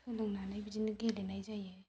सोलोंनानै बिदिनो गेलेनाय जायो